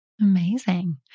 Amazing